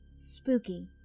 Spooky